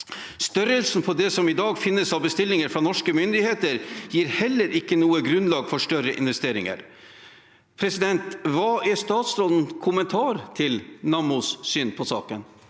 størrelsen på det som i dag finnes av bestillinger fra norske myndigheter, gir heller ikke noe grunnlag for større investeringer.» Hva er statsrådens kommentar til Nammos syn på saken?